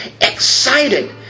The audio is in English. excited